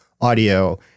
audio